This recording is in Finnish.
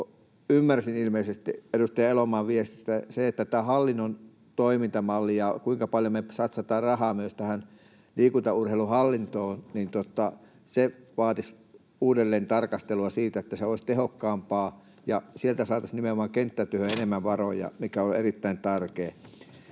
ymmärsin edustaja Elomaan viestistä, että ilmeisesti tämä hallinnon toimintamalli ja se, kuinka paljon me satsataan rahaa myös tähän liikunta- ja urheiluhallintoon, vaatisi uudelleentarkastelua, että se olisi tehokkaampaa ja sieltä saataisiin enemmän varoja nimenomaan kenttätyöhön, mikä on erittäin tärkeää.